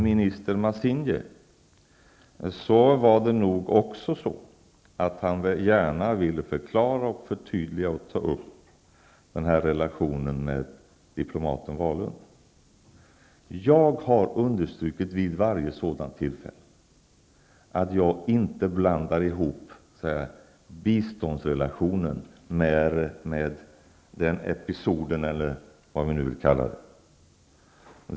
Minister Matsinha ville under sitt besök här gärna ta upp, förklara och förtydliga relationen med diplomaten Wahlund. Jag har vid varje sådant tillfälle understrukit att jag inte blandar ihop biståndsrelationen med den episoden, eller vad vi nu vill kalla den.